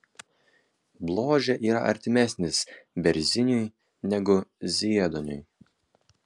bložė yra artimesnis berziniui negu zieduoniui